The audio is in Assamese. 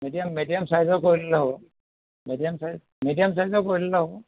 মিডিয়াম মিডিয়াম ছাইজৰ কৰি ল'লেও হ'ব মিডিয়াম ছাইজ মিডিয়াম ছাইজৰ কৰি ল'লে হ'ব